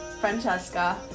Francesca